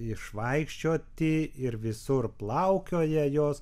išvaikščioti ir visur plaukioja jos